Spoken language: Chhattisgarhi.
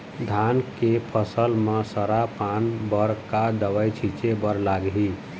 धान के फसल म सरा पान बर का दवई छीचे बर लागिही?